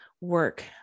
work